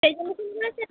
সেই জন্য ফোন করেছেন